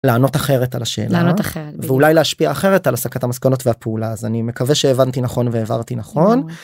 לענות אחרת על השאלה, ואולי להשפיע אחרת על הסקת המסקנות והפעולה. אז אני מקווה שהבנתי נכון והבהרתי נכון.